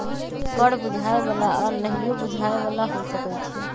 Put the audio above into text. कर बुझाय बला आऽ नहियो बुझाय बला हो सकै छइ